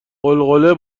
غلغله